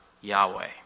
Yahweh